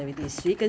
比较